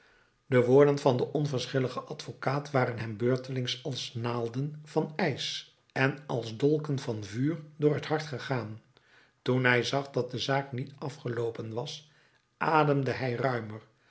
de woorden van den onverschilligen advocaat waren hem beurtelings als naalden van ijs en als dolken van vuur door het hart gegaan toen hij zag dat de zaak niet afgeloopen was ademde hij ruimer